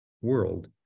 world